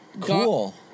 Cool